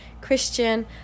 Christian